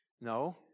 No